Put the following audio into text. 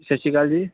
ਸਤਿ ਸ਼੍ਰੀ ਅਕਾਲ ਜੀ